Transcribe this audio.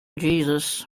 jesus